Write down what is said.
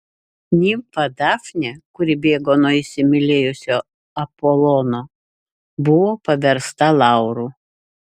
nimfa dafnė kuri bėgo nuo įsimylėjusio apolono buvo paversta lauru